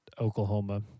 Oklahoma